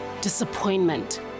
Disappointment